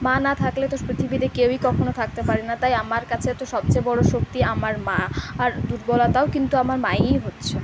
মা না থাকলে তো পৃথিবীতে কেউই কখনও থাকতে পারে না তাই আমার কাছে তো সবচেয়ে বড় শক্তি আমার মা আর দুর্বলতাও কিন্তু আমার মাই হচ্ছে